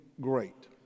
great